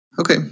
Okay